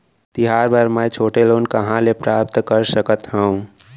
तिहार बर मै छोटे लोन कहाँ ले प्राप्त कर सकत हव?